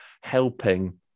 helping